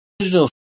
original